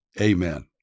amen